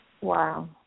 Wow